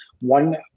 one